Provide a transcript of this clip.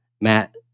Matt